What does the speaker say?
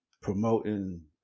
promoting